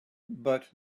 but